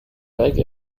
like